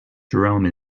jerome